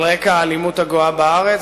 על רקע האלימות הגואה בארץ.